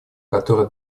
которые